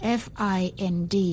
find